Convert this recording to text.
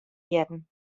hearren